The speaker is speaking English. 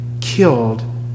killed